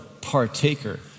partaker